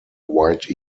white